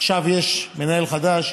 עכשיו יש מנהל חדש,